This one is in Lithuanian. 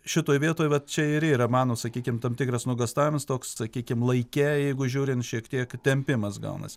šitoj vietoj vat čia ir yra mano sakykim tam tikras nuogąstavimas toks sakykim laike jeigu žiūrint šiek tiek tempimas gaunasi